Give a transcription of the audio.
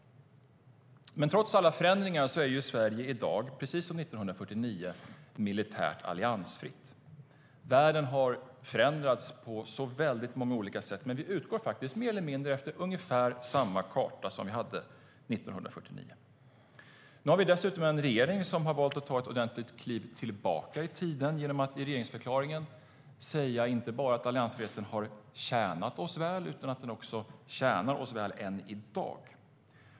Trots alla förändringar är dock Sverige i dag, precis som 1949, militärt alliansfritt. Världen har förändrats på så väldigt många olika sätt, men vi utgår faktiskt mer eller mindre från ungefär samma karta som den vi hade 1949. Nu har vi dessutom en regering som har valt att ta ett ordentligt kliv tillbaka i tiden genom att i regeringsförklaringen säga att alliansfriheten inte bara har tjänat oss väl utan tjänar oss väl än i dag.